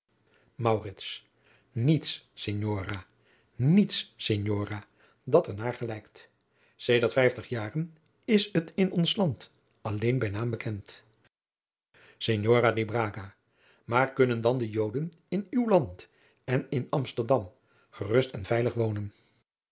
niets signora niets signora dat er naar gelijkt sedert vijftig jaren is het in ons land alleen bij naam bekend signora di braga maar kunnen dan de joden in uw land en in amsterdam gerust en veilig wonen